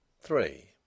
Three